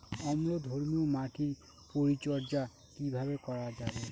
অম্লধর্মীয় মাটির পরিচর্যা কিভাবে করা যাবে?